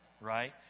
Right